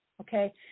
okay